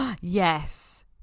Yes